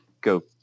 go